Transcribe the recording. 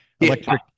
electric